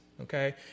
Okay